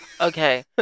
Okay